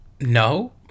No